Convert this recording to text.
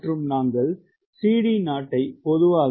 மற்றும் நாங்கள் CD0 பொதுவாக 0